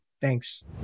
Thanks